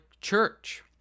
church